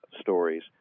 stories